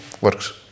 works